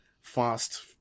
Fast